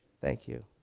thank you,